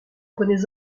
prenez